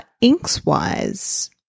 Inks-wise